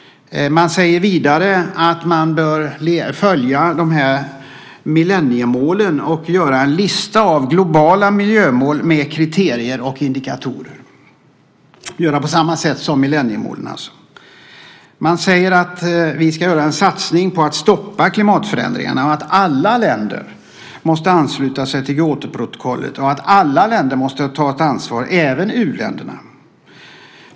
Man säger att vi bör följa millenniemålen och göra en lista över globala miljömål med kriterier och indikatorer, alltså på samma sätt som med millenniemålen. Man säger att vi ska göra en satsning på att stoppa klimatförändringarna, att alla länder måste ansluta sig till Kyotoprotokollet och att alla länder måste ta ett ansvar, även u-länderna.